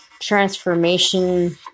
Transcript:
transformation